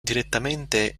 direttamente